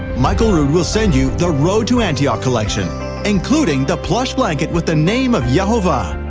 michael rood will sent you the road to antioch collection including the plush blanket with the name of yehovah.